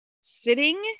sitting